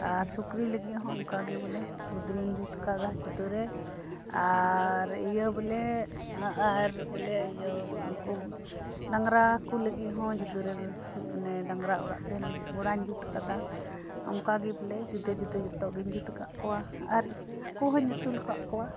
ᱥᱩᱠᱩᱨᱤ ᱞᱟᱹᱜᱤᱫ ᱦᱚᱸ ᱚᱱᱠᱟ ᱜᱮ ᱵᱚᱞᱮ ᱜᱩᱫᱲᱤ ᱤᱧ ᱡᱩᱛ ᱟᱠᱟᱫᱟ ᱡᱩᱫᱟᱹ ᱨᱮ ᱟᱨ ᱤᱭᱟᱹ ᱵᱚᱞᱮ ᱟᱨ ᱵᱚᱞᱮ ᱤᱭᱟᱹ ᱩᱱᱠᱩ ᱰᱟᱝᱨᱟ ᱠᱩ ᱞᱟᱜᱤᱫ ᱦᱚᱸ ᱡᱩᱫᱟᱹᱨᱮ ᱰᱟᱝᱨᱟ ᱚᱲᱟᱜ ᱛᱟᱸᱦᱮᱱ ᱞᱟᱹᱜᱤᱫ ᱜᱚᱲᱟᱧ ᱡᱩᱛ ᱟᱠᱟᱫᱟᱚᱱᱠᱟ ᱵᱚᱞᱮ ᱡᱩᱫᱟᱹ ᱡᱩᱫᱟᱹ ᱡᱚᱛᱚ ᱜᱮᱤᱧ ᱡᱩᱛ ᱟᱠᱟᱫ ᱠᱚᱣᱟ ᱟᱨ ᱦᱟᱹᱠᱩ ᱦᱚᱸᱧ ᱟᱹᱥᱩᱞ ᱟᱠᱟᱫ ᱠᱚᱣᱟ